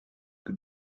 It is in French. que